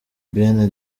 bene